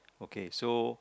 okay so